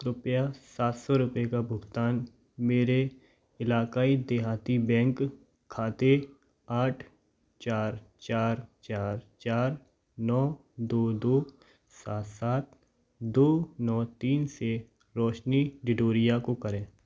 कृपया सात सौ रुपये का भुगतान मेरे इलाक़ाई देहाती बैंक खाते आठ चार चार चार चार नौ दो दो सात सात दो नौ तीन से रौशनी डिडोरिया को करें